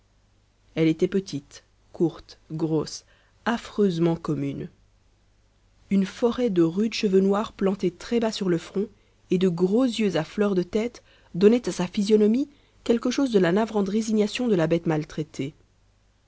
elle était petite courte grosse affreusement commune une forêt de rudes cheveux noirs plantés très-bas sur le front et de gros yeux à fleur de tête donnaient à sa physionomie quelque chose de la navrante résignation de la bête maltraitée